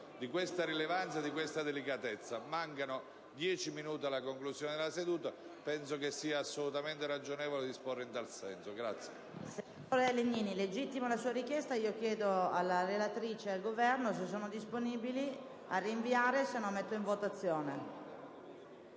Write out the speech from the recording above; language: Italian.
di questa rilevanza e delicatezza. Mancano dieci minuti alla conclusione della seduta, per cui penso sia assolutamente ragionevole disporre in tal senso.